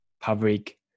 public